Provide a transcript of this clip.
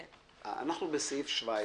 אנחנו בסעיף 17,